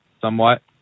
somewhat